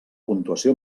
puntuació